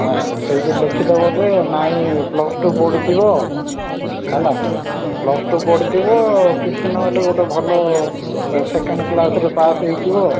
ହଁ ସେଇଠି ଲେଖିଦେବ ଯେ ନାଇ ପ୍ଲସ୍ ଟୁ ପଢ଼ିଥିବ ହେଲା ପ୍ଲସ୍ ଟୁ ପଢ଼ିଥିବ କିଛି ନହେଲେ ଗୋଟେ ଭଲ ଏ ସେକେଣ୍ଡ କ୍ଲାସ୍ ରେ ପାସ୍ ହେଇଥିବ